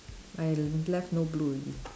I left no blue already